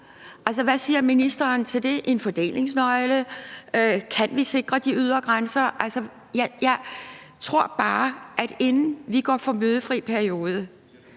hvad siger ministeren til det om en fordelingsnøgle? Kan vi sikre de ydre grænser? Jeg tror bare og er altså er bange for,